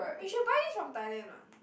we should buy this from thailand what